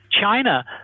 China